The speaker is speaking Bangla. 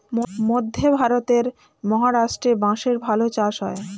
মধ্যে ভারতের মহারাষ্ট্রে বাঁশের ভালো চাষ হয়